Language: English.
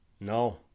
No